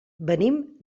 venim